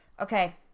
okay